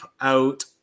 out